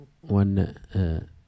one